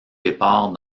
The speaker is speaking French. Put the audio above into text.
départ